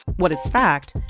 what is fact,